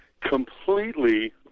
Completely